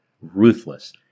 ruthless